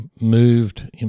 moved